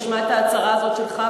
נשמע את ההצהרה הזאת שלך,